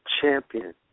champion